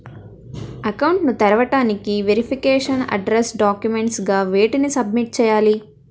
Account ను తెరవటానికి verification address documents గా వేటిని సబ్మిట్ చేయాలి?